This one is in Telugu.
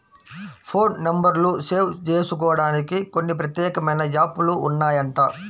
ఫోన్ నెంబర్లు సేవ్ జేసుకోడానికి కొన్ని ప్రత్యేకమైన యాప్ లు ఉన్నాయంట